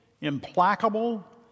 implacable